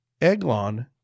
Eglon